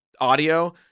audio